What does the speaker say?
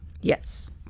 Yes